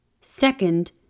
Second